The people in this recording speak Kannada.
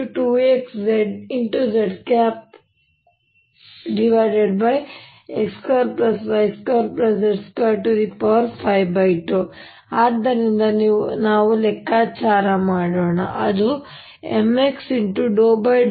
xxx2y2z252 322xyyx2y2z252 322xzzx2y2z252 ಆದ್ದರಿಂದ ನಾವು ಲೆಕ್ಕಾಚಾರ ಮಾಡೋಣ ಅದು mx∂xrr3mx∂xxxyyzzx2y2z232mxxx2y2z232 322x